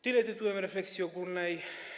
Tyle tytułem refleksji ogólnej.